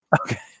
Okay